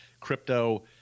crypto